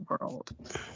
world